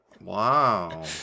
Wow